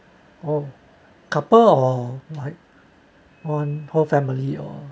oh couple or like on whole family or